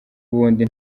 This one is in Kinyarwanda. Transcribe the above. ubundi